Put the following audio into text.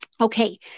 Okay